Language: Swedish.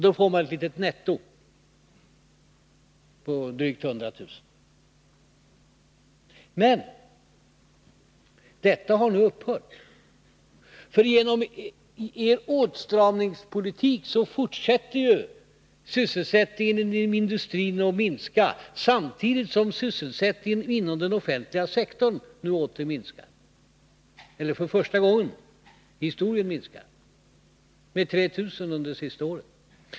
Då får man ett litet netto på drygt 100 000 sysselsatta. Denna ökning har nu emellertid upphört. Genom er åtstramningspolitik fortsätter ju sysselsättningen inom industrin att minska, samtidigt som sysselsättningen inom den offentliga sektorn nu för första gången i historien minskar — med 3 000 arbetstillfällen under det senaste året.